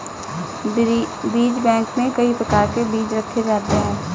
बीज बैंक में कई प्रकार के बीज रखे जाते हैं